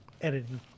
Editing